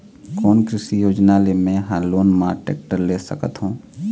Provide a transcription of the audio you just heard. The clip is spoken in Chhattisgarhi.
कोन कृषि योजना ले मैं हा लोन मा टेक्टर ले सकथों?